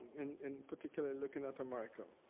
in particular looking at america.